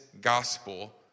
gospel